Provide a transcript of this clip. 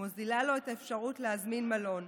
ומוזילה לו את האפשרות להזמין מלון.